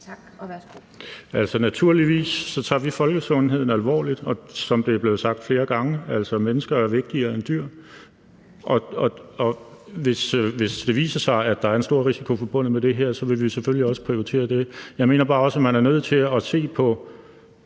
(NB): Altså, naturligvis tager vi folkesundheden alvorligt. Som det er blevet sagt flere gange: Mennesker er vigtigere end dyr. Hvis det viser sig, at der er en stor risiko forbundet med det her, vil vi selvfølgelig også prioritere det. Jeg mener bare, at man også er nødt til at se på